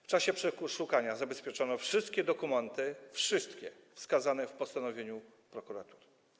W czasie przeszukania zabezpieczono wszystkie dokumenty - wszystkie - wskazane w postanowieniu prokuratury.